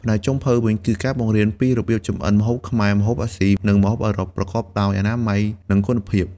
ផ្នែកចុងភៅវិញ គឺការបង្រៀនពីរបៀបចម្អិនម្ហូបខ្មែរ ម្ហូបអាស៊ី និងម្ហូបអឺរ៉ុប ប្រកបដោយអនាម័យ និងគុណភាព។